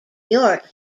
york